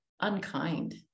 unkind